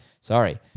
Sorry